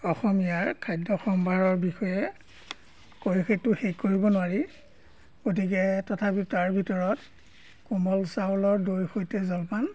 অসমীয়াৰ খাদ্য সম্ভাৰৰ বিষয়ে কৈ সেইটো শেষ কৰিব নোৱাৰি গতিকে তথাপি তাৰ ভিতৰত কোমল চাউলৰ দৈ সৈতে জলপান